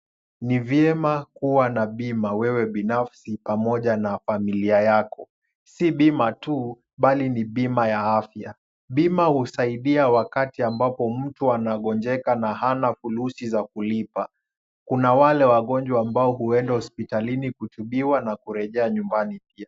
Ni vyema kuwa na bima wewe binafsi pamoja na familia yako. Si bima tu, bali ni bima ya afya. Bima husaidia wakati ambapo mtu anagonjeka na hana fulusi za kulipa. Kuna wale wagonjwa ambao huenda hospitalini kutibiwa na kurejea nyumbani pia.